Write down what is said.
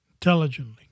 intelligently